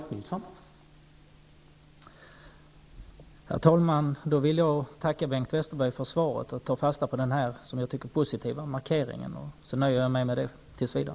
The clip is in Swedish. Herr talman! Jag vill tacka Bengt Westerberg för svaret, och jag tar fasta på den här i mitt tycke positiva markeringen. Jag nöjer mig med det tills vidare.